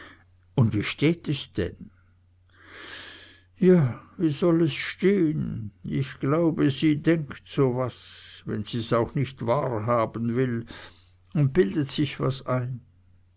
und wie steht es denn ja wie soll es stehn ich glaube sie denkt so was wenn sie's auch nich wahrhaben will und bildet sich was ein